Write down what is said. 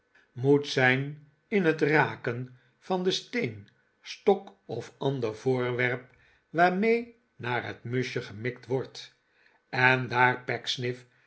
moet zijn in het raken van den steen stok of ander voorwerp waarmee naar het muschje gemikt wordt en daar